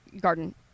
garden